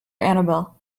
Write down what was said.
annabelle